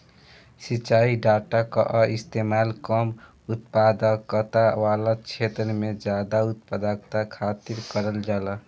सिंचाई डाटा कअ इस्तेमाल कम उत्पादकता वाला छेत्र में जादा उत्पादकता खातिर करल जाला